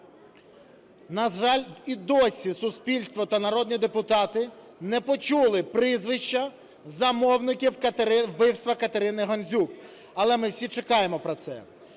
На жаль, і досі суспільство та народні депутати не почули прізвища замовників вбивства Катерини Гандзюк. Але ми всі чекаємо про це.